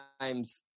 times